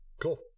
cool